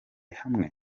hamwe